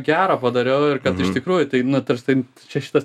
gero padariau ir kad iš tikrųjų taip nu tars tai čia šitas